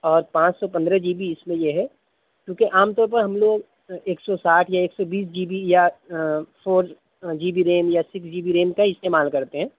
اور پانچ سو پندرہ جی بی اس میں یہ ہے چونکہ عام طور پر ہم لوگ ایک سو ساٹھ یا ایک سو بیس جی بی یا فور جی بی ریم یا سکس جی بی ریم کا ہی استعمال کرتے ہیں